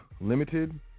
Limited